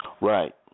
Right